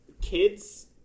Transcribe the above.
kids